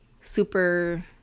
super